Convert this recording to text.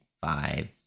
five